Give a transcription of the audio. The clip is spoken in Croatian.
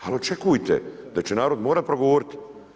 Ali očekujte da će narod morat progovorit.